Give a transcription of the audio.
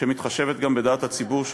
שמתחשבת גם בדעת הציבור שלה.